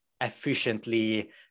efficiently